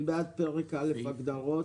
מי בעד סעיף 85(1) פרק ההגדרות?